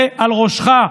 זה על ראשך,